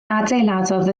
adeiladodd